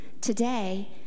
Today